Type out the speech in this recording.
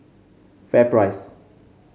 FairPrice